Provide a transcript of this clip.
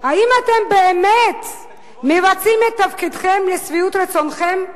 האם אתם באמת מבצעים את תפקידכם לשביעות רצונכם שלכם,